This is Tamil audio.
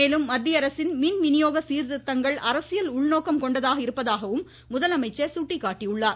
மேலும் மத்திய அரசின் மின் விநியோக சீர்திருத்தங்கள் அரசியல் உள்நோக்கம் கொண்டதாக இருப்பதாகவும் முதலமைச்சர் சுட்டிக்காட்டியுள்ளார்